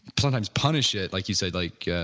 sometimes punish it like you said like, yeah